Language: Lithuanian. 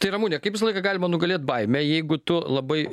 tai ramune kaip visą laiką galima nugalėt baimę jeigu tu labai